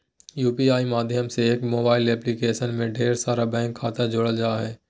UPI माध्यम से एक मोबाइल एप्लीकेशन में ढेर सारा बैंक खाता जोड़ल जा हय